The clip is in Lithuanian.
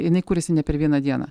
jinai kuriasi ne per vieną dieną